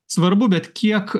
svarbu bet kiek